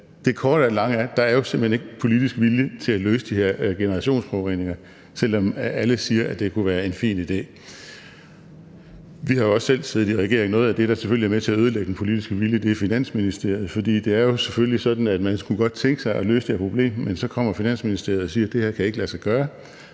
Det korte af det lange er, at der simpelt hen ikke er politisk vilje til at løse de her generationsforureninger, selv om alle siger, at det kunne være en fin idé. Vi har også selv siddet i regering, og noget af det, der selvfølgelig er med til at ødelægge den politiske vilje, er Finansministeriet, fordi det jo selvfølgelig er sådan, at man kunne godt tænke sig at løse det her problem, men så kommer Finansministeriet og siger: Det her kan ikke lade sig gøre.